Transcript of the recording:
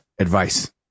advice